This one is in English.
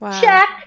Check